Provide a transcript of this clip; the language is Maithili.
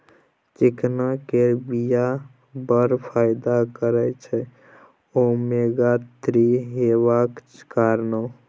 चिकना केर बीया बड़ फाइदा करय छै ओमेगा थ्री हेबाक कारणेँ